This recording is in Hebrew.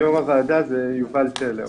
יו"ר הועדה זה יובל טלר.